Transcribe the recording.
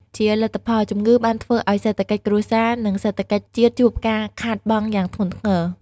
ជាលទ្ធផល ជំងឺបានធ្វើឱ្យសេដ្ឋកិច្ចគ្រួសារ និងសេដ្ឋកិច្ចជាតិជួបការខាតបង់យ៉ាងធ្ងន់ធ្ងរ។